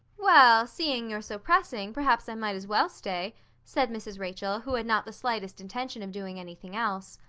well, seeing you're so pressing, perhaps i might as well, stay said mrs. rachel, who had not the slightest intention of doing anything else.